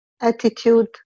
attitude